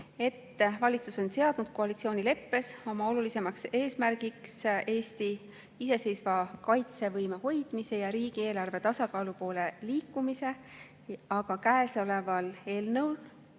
valitsus on seadnud koalitsioonileppes oma oluliseks eesmärgiks Eesti iseseisva kaitsevõime hoidmise ja riigieelarve tasakaalu poole liikumise, aga käesoleval eelnõul